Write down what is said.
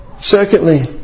Secondly